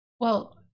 Well-